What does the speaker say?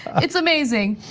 it's amazing.